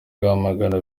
rwamagana